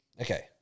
Okay